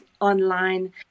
online